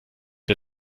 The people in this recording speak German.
der